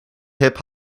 hip